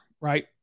right